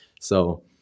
So-